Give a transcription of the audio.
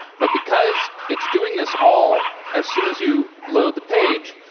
but because it's doing this all as soon as you load the page,